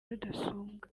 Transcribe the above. rudasumbwa